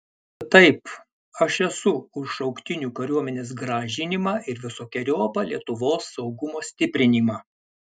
tad taip aš esu už šauktinių kariuomenės grąžinimą ir visokeriopą lietuvos saugumo stiprinimą